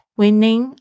winning